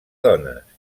dones